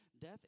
death